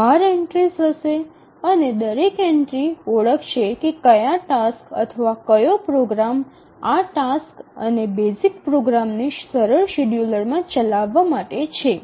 ૧૨ entries હશે અને દરેક એન્ટ્રી ઓળખશે કે કયા ટાસ્ક અથવા કયો પ્રોગ્રામ આ ટાસક્સ અને બેઝિક પ્રોગ્રામ્સ ને સરળ શેડ્યુલરમાં ચલાવવા માટે છે